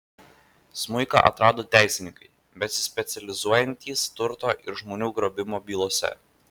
smuiką atrado teisininkai besispecializuojantys turto ir žmonių grobimo bylose